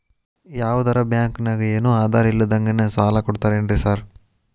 ಯಾವದರಾ ಬ್ಯಾಂಕ್ ನಾಗ ಏನು ಆಧಾರ್ ಇಲ್ದಂಗನೆ ಸಾಲ ಕೊಡ್ತಾರೆನ್ರಿ ಸಾರ್?